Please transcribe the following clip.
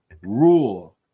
Rule